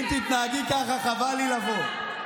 אם תתנהגי ככה, חבל לי לבוא.